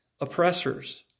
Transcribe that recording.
oppressors